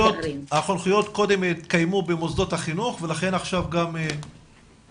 החונכויות התקיימו קודם במוסדות החינוך ולכן עכשיו גם --- נכון.